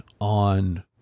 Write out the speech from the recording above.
on